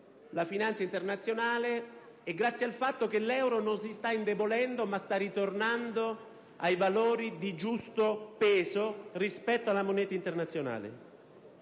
la finanza internazionale e grazie al fatto che l'euro non si sta indebolendo ma sta tornando ai valori di giusto peso rispetto alla moneta internazionale.